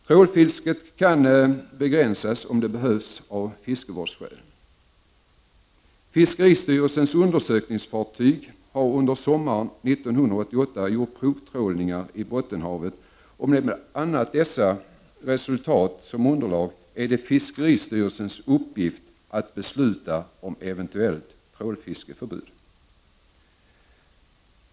Trålfisket kan begränsas om det behövs av fiskevårdsskäl. Fiskeristyrelsens undersökningsfartyg har under sommaren 1988 gjort provtrålningar i Bottenhavet. Med bl.a. dessa resultat som underlag är det fiskeristyrelsens uppgift att besluta om ett eventuelit trålfiskeförbud.